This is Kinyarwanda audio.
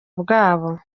bwabo